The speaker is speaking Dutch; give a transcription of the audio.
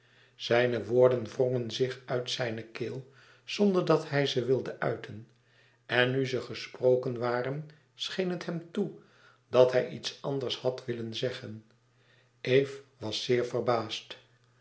zijne woorden wrongen zich uit zijne keel zonder dat hij ze wilde uiten en nu ze gesproken waren scheen het hem toe dat hij iets anders had willen zeggen eve was zeer verbaasd